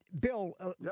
Bill